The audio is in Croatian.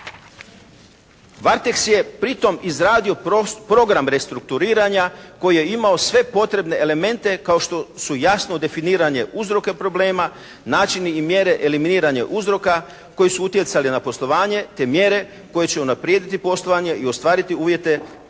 "Varteks" je pritom izradio program restrukturiranja koji je imao sve potrebne elemente kao što su jasno definiranje uzroka problema, načini i mjere eliminiranja uzroka koji su utjecali na poslovanje, te mjere koje će unaprijediti poslovanje i ostvariti uvjete dugoročnom